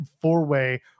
four-way